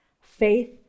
Faith